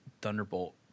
Thunderbolt